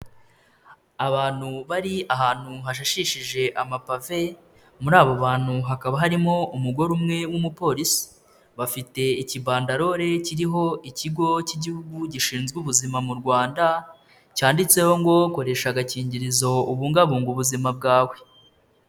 Abantu bari ahantu hashashishije amapave muri abo bantu hakaba harimo umugore umwe w'umupolisi, bafite ikibandarore kiriho Ikigo k'Igihugu gishinzwe ubuzima mu Rwanda cyanditseho ngo koresha agakingirizo ubungabunga ubuzima bwawe.